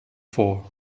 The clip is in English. for